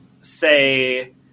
say